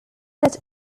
set